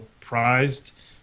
prized